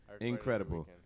Incredible